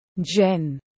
Jen